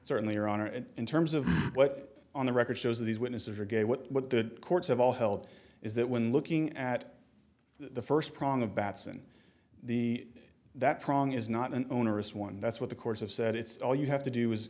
certainly your honor and in terms of what on the record shows these witnesses are gay what what the courts have all held is that when looking at the first prong of batson the that prong is not an onerous one that's what the course of said it's all you have to do is